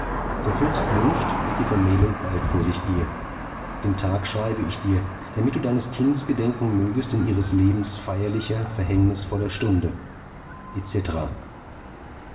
der fürst wünscht daß die vermählung bald vor sich gehe den tag schreibe ich dir damit du deines kindes gedenken mögest in ihres lebens feierlicher verhängnisvoller stunde